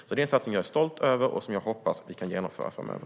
Det är en satsning som jag är stolt över och som jag hoppas att vi kan genomföra framöver.